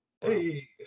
hey